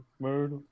murder